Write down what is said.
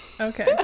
Okay